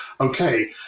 okay